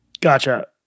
Gotcha